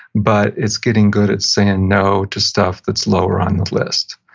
but it's getting good at saying no to stuff that's lower on the list.